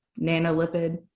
nanolipid